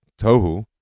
tohu